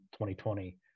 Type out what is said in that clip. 2020